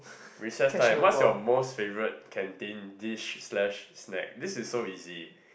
recess time what's your most favourite canteen dish slash snack this is so easy